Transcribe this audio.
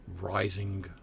rising